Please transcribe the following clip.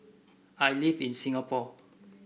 I live in Singapore